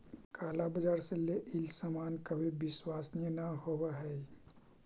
काला बाजार से लेइल सामान कभी विश्वसनीय न होवअ हई